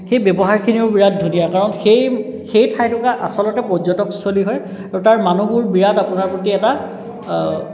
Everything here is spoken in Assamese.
সেই ব্যৱহাৰখিনিও বিৰাট ধুনীয়া কাৰণ সেই সেই ঠাই টুকুৰা আচলতে পৰ্য্যটকস্থলী হয় আৰু তাৰ মানুহবোৰ বিৰাট আপোনাৰ প্ৰতি এটা